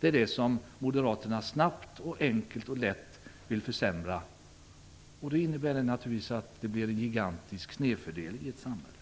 Det är det som Moderaterna snabbt och enkelt vill försämra, och det innebär naturligtvis att det blir en gigantisk snedfördelning i samhället.